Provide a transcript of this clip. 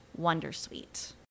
Wondersuite